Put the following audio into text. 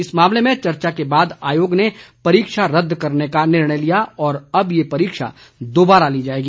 इस मामले में चर्चा के बाद आयोग ने परीक्षा रद्द करने का निर्णय लिया और अब ये परीक्षा दोबारा ली जाएगी